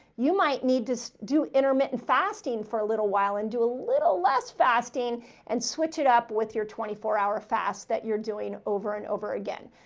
you might need to do intermittent fasting for a little while and do a little less fasting and switch it up with your twenty four hour fast that you're doing over and over again.